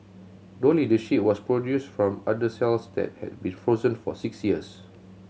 Dolly the sheep was produced from udder cells that had been frozen for six years